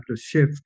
shift